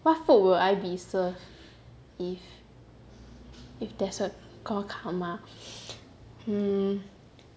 what food will I be served if if there's a called karma hmm